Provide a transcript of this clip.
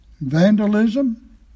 vandalism